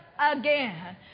again